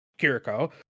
Kiriko